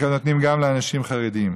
נותנים גם לאנשים חרדים.